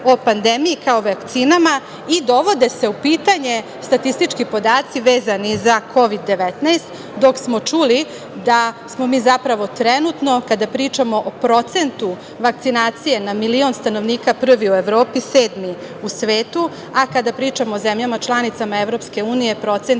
o pandemiji kao i vakcinama i dovode se u pitanje statistički podaci vezani za Kovid 19, dok smo čuli da smo mi zapravo trenutno, kada pričamo o procentu vakcinacije na milion stanovnika prvi u Evropi, sedmi u svetu, a kada pričamo o zemljama članicama Evropske unije procenti